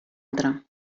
altra